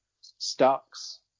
stocks